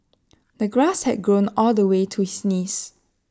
the grass had grown all the way to his knees